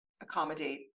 accommodate